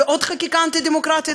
ועוד חקיקה אנטי-דמוקרטית,